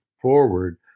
forward